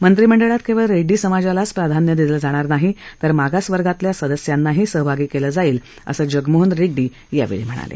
मंत्रिमंडळात केवळ रेड्डी समाजालाच प्राधान्य दिलं जाणार नाही तर मागासवर्गातल्या सदस्यांनाही सहभागी केलं जाईल असं जगनमोहन रेड्डी यावेळी म्हणाले